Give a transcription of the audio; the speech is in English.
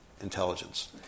intelligence